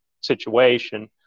situation